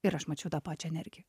ir aš mačiau tą pačią energiją